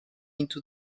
into